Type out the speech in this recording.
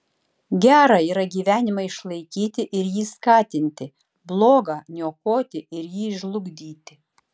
gera yra gyvenimą išlaikyti ir jį skatinti bloga niokoti ir jį žlugdyti